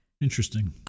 Interesting